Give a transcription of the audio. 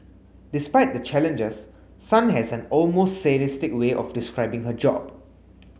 despite the challenges Sun has an almost sadistic way of describing her job